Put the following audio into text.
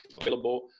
available